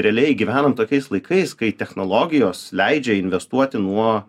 realiai gyvenam tokiais laikais kai technologijos leidžia investuoti nuo